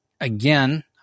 again